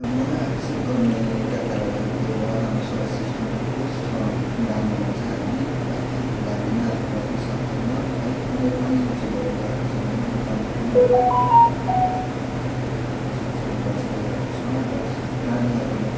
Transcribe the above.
मनलाई आकर्षित गर्ने एउटा तारा चाहिँ त्यो हो हाम्रो सोलर सिस्टमको सन घाम भन्छ हामी है घामबिना हामी बाँच्न सक्दैन है कुनै पनि जीवहरू बाँच्न सक्दैन अनि घामको किरणले जे पनि भइरहेको छ ऐले हामी संसारमा बाँचिरहेका छौँ र प्राणीहरूमा